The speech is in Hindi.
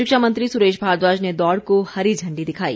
शिक्षा मंत्री सुरेश भारद्वाज ने दौड़ को हरी झण्डी दिखाई